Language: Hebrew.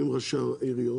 עם ראשי העיריות